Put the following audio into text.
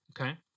Okay